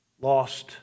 lost